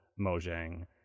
Mojang